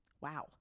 wow